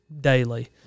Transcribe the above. daily